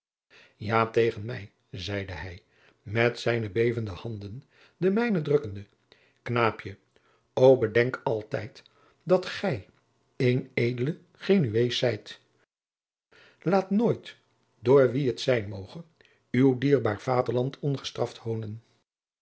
ja tegen mij zeide hij met zijne bevende handen de mijne drukkende knaapje o bedenk altijd dat gij een edele genuees zijt laat nooit door wien het zijn moge uw dierbaar vaderland ongestraft